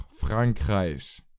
Frankreich